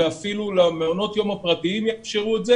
ואפילו למעונות היום הפרטיים יאפשרו את זה